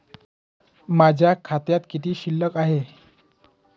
माझ्या खात्यात किती शिल्लक आहे?